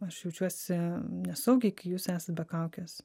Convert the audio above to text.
aš jaučiuosi nesaugiai kai jūs esat be kaukės